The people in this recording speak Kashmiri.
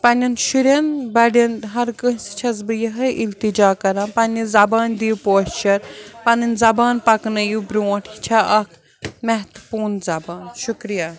پَنٛنٮ۪ن شُرٮ۪ن بَڑٮ۪ن ہر کٲنٛسہِ چھَس بہٕ یِہوٚے التجا کران پَنٛنہِ زبانہِ دِیُو پوسچر پَنٕنۍ زبان پَکنٲیِو برٛونٛٹھ یہِ چھےٚ اَکھ محتٕپوٗن زبان شُکریہ